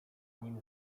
nim